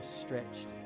stretched